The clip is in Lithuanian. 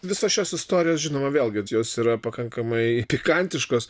visos šios istorijos žinoma vėlgi jos yra pakankamai pikantiškos